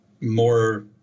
more